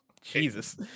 Jesus